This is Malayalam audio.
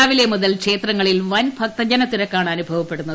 രാവിലെ മുതൽ ക്ഷേത്രങ്ങളിൽ വൻ ഭക്തജനതിരക്കാണ് അനുഭവപ്പെടുന്നത്